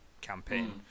campaign